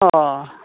अह